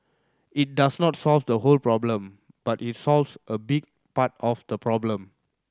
it does not solve the whole problem but it solves a big part of the problem